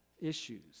issues